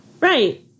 Right